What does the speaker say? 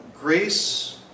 Grace